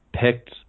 picked